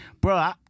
Bro